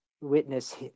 witness